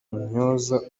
intyoza